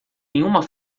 nenhuma